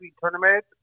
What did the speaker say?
tournament